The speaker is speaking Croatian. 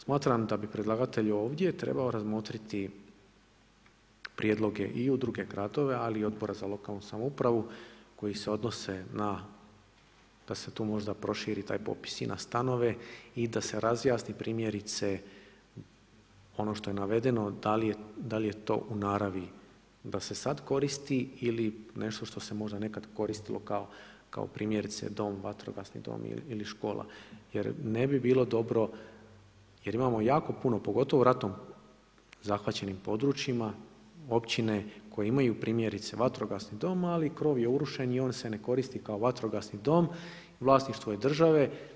Smatram da bi predlagatelj ovdje trebao razmotriti prijedloge i Udruge gradova, ali i Odbora za lokalnu samoupravu koji se odnose na da se tu možda proširi taj popis i na stanove i da se razjasni primjerice ono što je navedeno da li je to u naravi da se sada koristi ili nešto što se možda nekada koristilo kao primjerice vatrogasni dom ili škola jer ne bi bilo dobro, jer imamo jako puno pogotovo u ratom zahvaćenim područjima općine koje imaju primjerice vatrogasni dom, ali krov je urušen i on se ne koristi kao vatrogasni dom, vlasništvo je države.